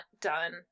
done